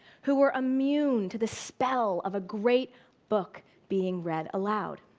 who were immune to the spell of a great book being read aloud.